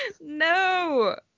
No